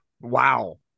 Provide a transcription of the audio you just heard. Wow